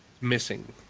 missing